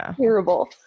Terrible